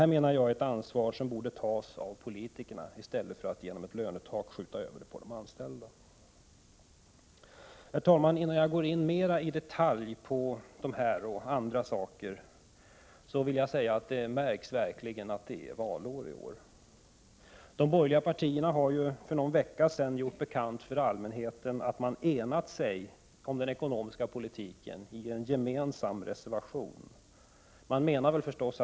Jag menar att detta ansvar borde tas av politikerna i stället för att genom ett lönetak skjutas över på de anställda. Herr talman! Innan jag går in mer i detalj på dessa och andra saker, måste jag säga att det verkligen märks att det är valår i år. De borgerliga partierna gjorde för någon vecka sedan bekant för allmänheten att de enat sig i en gemensam reservation om den ekonomiska politiken.